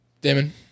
Damon